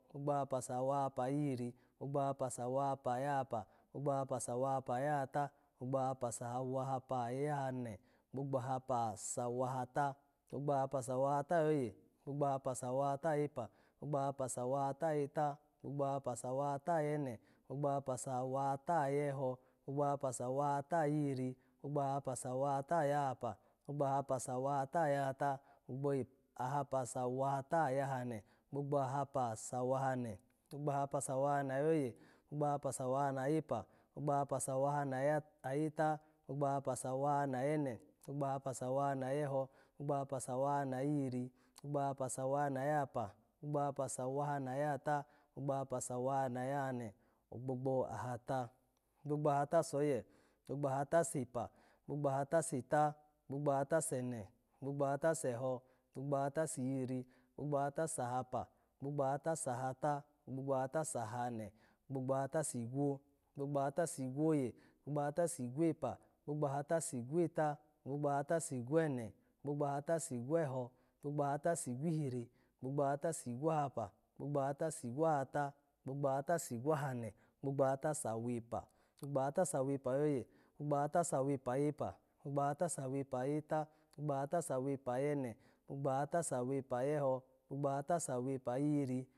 Gbogbo ahapa sawahapa ayihiri, gbogbo ahapa sawahapa ayahapa, gbogbo ahapa sawahapa ayahata, gbogbo ahapa sawahapa ayahane, gbogbo ahapa sawahata, gbogbo ahapa sawahata ayoye, gbogbo ahapa sawahata ayepa, gbogbo ahapa sawahata ayeta, gbogbo ahapa sawahata ayene, gbogbo ahapa sawahata ayeho, gbogbo ahapa sawahata ayihiri, gbogbo ahapa sawahata ayahapa, gbogbo ahapa sawahata ayahata, gbogbo ahapa sawahata ayahane, gbogbo ahapa sawahane, gbogbo ahapa sawahane oyoye, gbogbo ahapa sawahane ayepa, gbogbo ahapa sawahane ayah-ayeta, gbogbo ahapa sawahane ayene, gbogbo ahapa sawahane ayeho, gbogbo ahapa sawahane ayihiri, gbogbo ahapa sawahane ayahapa, gbogbo ahapa sawahane ayahata, gbogbo ahapa sawahane ayahane, gbogbo ahata, gbogbo ahata soye, gbogbo ahata sepa, gbogbo ahata seta, gbogbo ahata sene, gbogbo ahata seho, gbogbo ahata sihiri, gbogbo ahata sahapa, gbogbo ahata sahata, gbogbo ahata sahane, gbogbo ahata sigwo, gbogbo ahata sigweta, gbogbo ahata sigwene, gbogbo ahata sigweho, gbogbo ahatagbogbo ahata sigwihiri, gbogbo ahata sigwahapa, gbogbo ahata sigwahata, gbogbo ahata sigwahane, gbogbo ahata sawepa, gbogbo ahata sawepa ayoye, gbogbo ahata sawepa ayepa, gbogbo ahata sawepa ayeta, gbogbo ahata sawepa ayene, gbogbo ahata sawepa ayeho, gbogbo ahata sawepa ayihiri